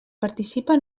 participa